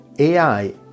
AI